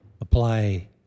apply